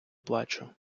плачу